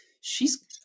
shes